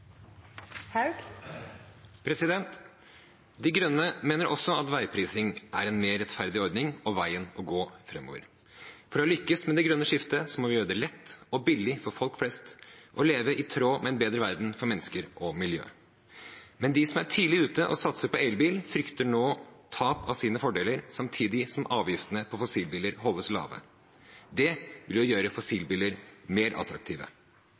De Grønne mener også at veiprising er en mer rettferdig ordning og veien å gå framover. For å lykkes med det grønne skiftet må vi gjøre det lett og billig for folk flest å leve i tråd med en bedre verden for mennesker og miljø. Men de som er tidlig ute og satser på elbil, frykter nå tap av sine fordeler samtidig som avgiftene på fossilbiler holdes lave. Det vil gjøre fossilbiler mer attraktive.